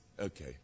Okay